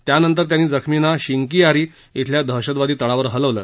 त्यानंतर त्यांनी जखमींना शिंकीयारी इथल्या दहशतवादी तळावर हलवलं